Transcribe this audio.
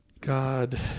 God